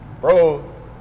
bro